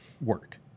work